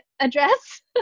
address